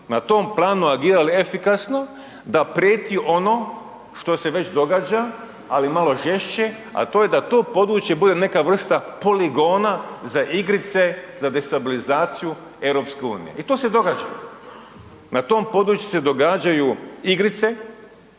na tom planu reagirala efikasno da prijeti ono što se već događa, ali malo žešće, a to je da to područje bude neka vrsta poligona za igrice za destabilizaciju EU. I to se događa. Na tom području se događaju igrice